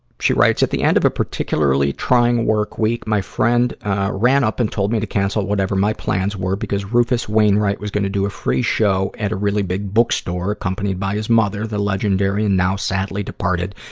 she writes, at the end of a particularly trying work week, my friend ran up and told me to cancel whatever my plans were because rufus wainwright was gonna do a free show at a really big bookstore accompanied by his mother, the legendary, and now sadly-departed,